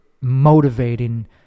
motivating